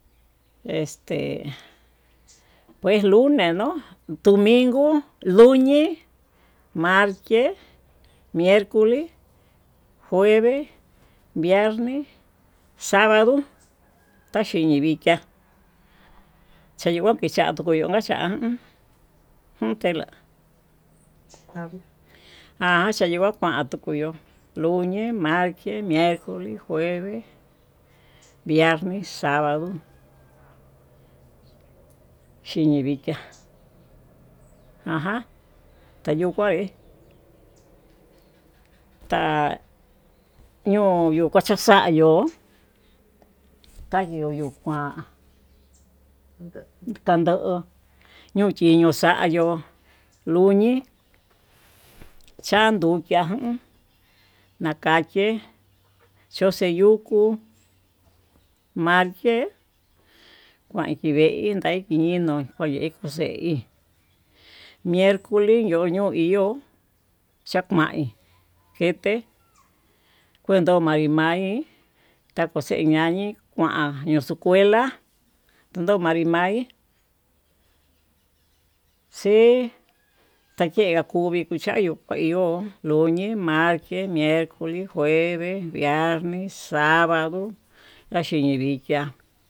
Este pues lunes no domingo, luñi, marche, miercoles, juves, viernes, sabado, taxhiñii vikiá chayio ngua kixa'a koyo guaxhiá uun tela ha xhiño kuakatuyo, luñe, martes, miercoli, jueves, viernes, sabado, xhiñivikiá ajan tayukuaé ta'a ño'o yuu kua xa'a xayo'ó tayuu yuu kuan, kando'ó ñuu chiñu xayuu luñi, chandukia nakache choxe yuku, marke kuanti vee no kuyeku xeí miercoles yono veño chakuan keté kuento maí maí takoxe ñañi kuan escuela ndó manrí maí, xii takega kuvii chaí chaye yo'ó lunes, martes, miercoles, jueves, viernes, sabado taxhinivikiá.